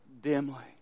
dimly